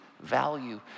value